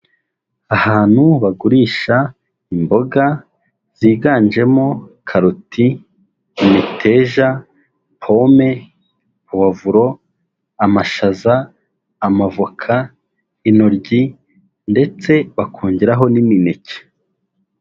Ahantu bagurisha imboga ziganjemo karoti, imeteja, pome, puwavuro, amashaza, amavoka, intoryi ndetse bakongeraho n'imineke.